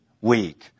weak